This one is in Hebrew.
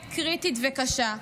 עת קריטית וקשה,